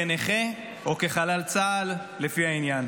כנכה או כחלל צה"ל לפי העניין.